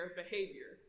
behavior